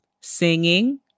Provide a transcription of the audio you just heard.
singing